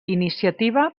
iniciativa